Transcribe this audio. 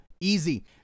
easy